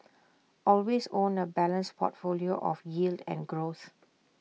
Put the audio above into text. always own A balanced portfolio of yield and growth